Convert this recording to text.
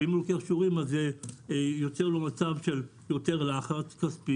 ואם הוא לוקח שיעורים אז זה יותר לו מצב של לחץ כספי,